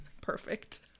perfect